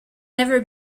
never